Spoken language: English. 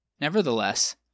Nevertheless